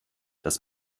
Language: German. das